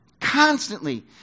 constantly